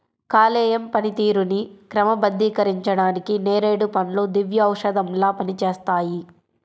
కాలేయం పనితీరుని క్రమబద్ధీకరించడానికి నేరేడు పండ్లు దివ్యౌషధంలా పనిచేస్తాయి